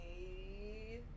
Okay